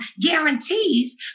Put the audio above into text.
guarantees